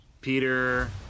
Peter